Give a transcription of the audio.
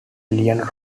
leon